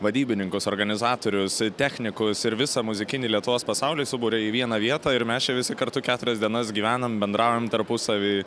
vadybininkus organizatorius technikus ir visą muzikinį lietuvos pasaulį suburia į vieną vietą ir mes čia visi kartu keturias dienas gyvenam bendraujam tarpusavy